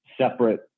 separate